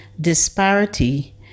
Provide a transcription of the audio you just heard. disparity